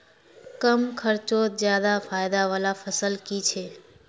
कम खर्चोत ज्यादा फायदा वाला फसल की छे?